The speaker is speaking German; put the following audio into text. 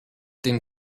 den